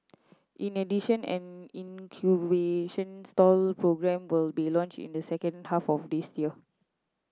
in addition an incubation stall programme will be launch in the second half of this year